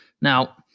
Now